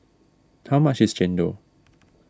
how much is Chendol